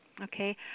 Okay